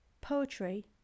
poetry